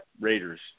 Raiders